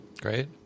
Great